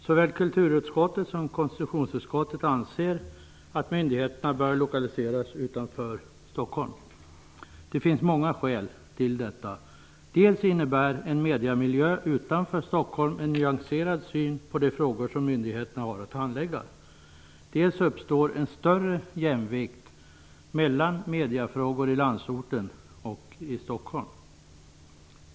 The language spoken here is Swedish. Såväl kulturutskottet som konstitutionsutskottet anser att myndigheterna bör lokaliseras utanför Stockholm. Det finns många skäl till detta. Dels innebär en mediamiljö utanför Stockholm en nyanserad syn på de frågor som myndigheten har att handlägga, dels uppstår en större jämvikt mellan mediafrågor i landsorten och i Stockholm.